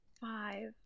Five